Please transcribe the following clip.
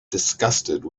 disgusted